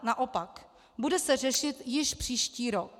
Naopak, bude se řešit již příští rok.